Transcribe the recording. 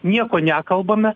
nieko nekalbame